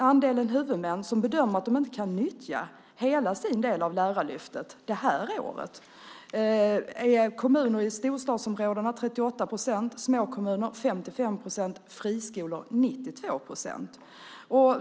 Andelen huvudmän som bedömer att de inte kan nyttja hela sin del av Lärarlyftet det här året är av kommuner i storstadsområdena 38 procent, små kommuner 55 procent och friskolor 92 procent.